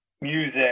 music